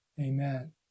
Amen